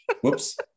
whoops